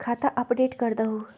खाता अपडेट करदहु?